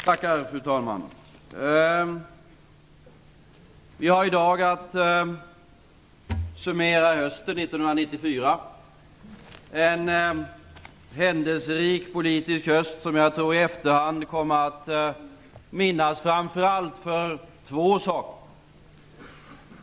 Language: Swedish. Fru talman! Vi har i dag att summera hösten 1994, en politiskt händelserik höst som i efterhand kommer att minnas för framför allt två saker, tror jag.